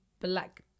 black